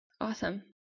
Awesome